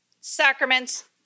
sacraments